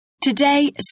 Today